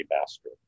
master